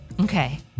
Okay